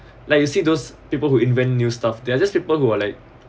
like you see those people who invent new stuff there are just people who are like